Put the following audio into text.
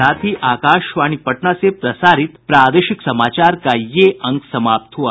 इसके साथ ही आकाशवाणी पटना से प्रसारित प्रादेशिक समाचार का ये अंक समाप्त हुआ